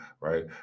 right